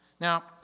Now